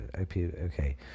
Okay